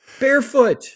Barefoot